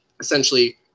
essentially